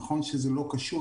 נכון שזה לא קשור,